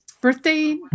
birthday